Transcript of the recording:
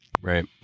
right